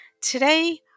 Today